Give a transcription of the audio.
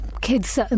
kids